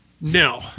No